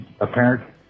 apparent